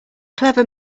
clever